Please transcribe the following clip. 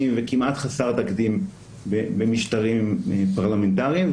וכמעט חסר תקדים במשטרים פרלמנטריים.